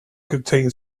contain